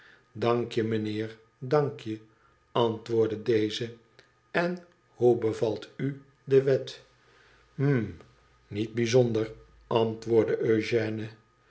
dankje mijnheer dankje antwoordde deze len hoe bevalt u de wet hm niet bijzonder antwoordde